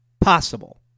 possible